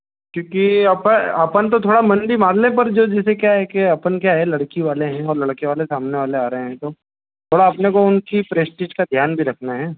क्योंकि अपन तो थोड़ा मन भी मार लें पर जो जैसे क्या है कि अपन क्या है लड़की वाले हैं और लड़के वाले सामने वाले आ रहे हैं तो थोड़ा अपने को उनकी प्रेस्टिज का ध्यान भी रखना है